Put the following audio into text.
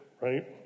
right